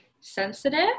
sensitive